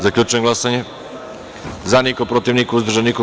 Zaključujem glasanje: za - niko, protiv - niko, uzdržanih – nema.